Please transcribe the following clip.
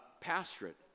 pastorate